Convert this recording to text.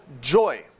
joy